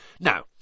Now